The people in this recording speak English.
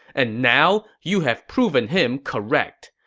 and now, you have proven him correct.